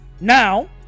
now